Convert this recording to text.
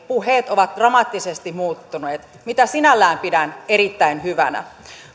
puheet ovat dramaattisesti muuttuneet mitä sinällään pidän erittäin hyvänä